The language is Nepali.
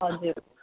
हजुर